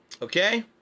Okay